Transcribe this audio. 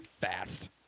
fast